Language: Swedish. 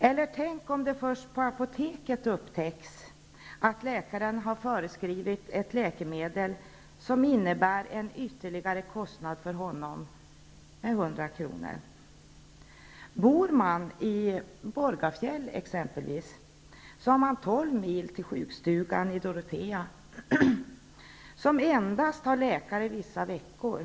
Eller tänk om det först på apoteket upptäcks att läkaren har föreskrivit ett läkemedel som innebär en ytterligare kostnad för patienten med 100 kr.! Om man t.ex. bor i Borgafjäll har man tolv mil till sjukstugan i Dorotea, som endast har läkare vissa veckor.